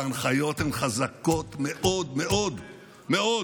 וההנחיות הן חזקות מאוד מאוד מאוד